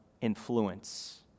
influence